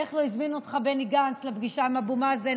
איך בני גנץ לא הזמין אותך לפגישה עם אבו מאזן,